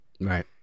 Right